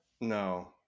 No